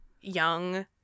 young